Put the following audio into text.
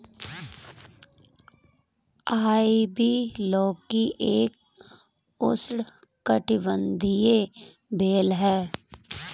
ivy लौकी एक उष्णकटिबंधीय बेल है